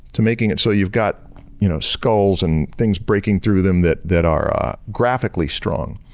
to making it so you've got you know skulls and things breaking through them that that are graphically strong.